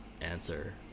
answer